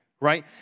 right